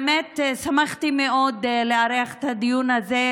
שמחתי מאוד לארח את הדיון הזה,